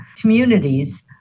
communities